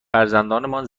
فرزندانمان